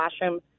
classroom